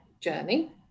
journey